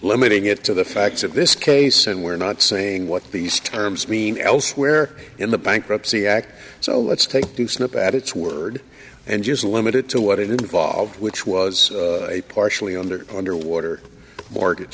limiting it to the facts of this case and we're not saying what these terms mean elsewhere in the bankruptcy act so let's take two snap at its word and just limit it to what it involved which was a partially under underwater mortgage